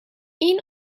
این